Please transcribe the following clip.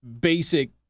basic